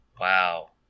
Wow